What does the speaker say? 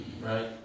Right